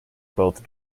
both